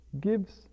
gives